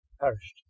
perished